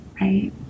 right